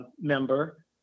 member